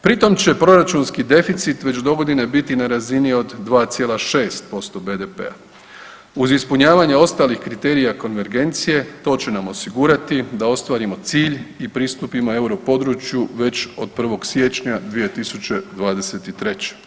Pritom će proračunski deficit već dogodine biti na razini od 2,6% BDP-a, uz ispunjavanje ostalih kriterije konvergencije, to će nam osigurati da ostvarimo cilj i pristupimo europodručju već od 1. siječnja 2023.